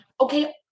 okay